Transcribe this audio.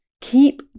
keep